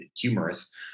humorous